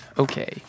Okay